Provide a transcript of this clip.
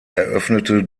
eröffnete